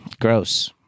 Gross